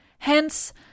Hence